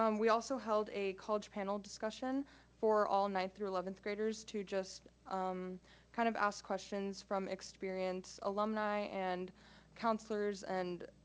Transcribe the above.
um we also held a college panel discussion for all ninth through eleventh graders to just kind of ask questions from experienced alumni and counselors and